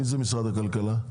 מי נציג משרד הכלכלה.